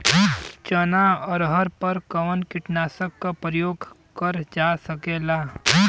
चना अरहर पर कवन कीटनाशक क प्रयोग कर जा सकेला?